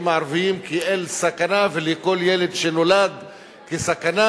הערבים כאל סכנה ולכל ילד שנולד כסכנה,